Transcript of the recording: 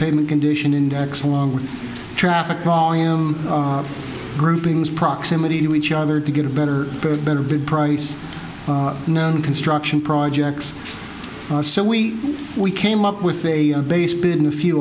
pain condition index along with traffic laws groupings proximity to each other to get a better better bid price known construction projects so we we came up with a base been a few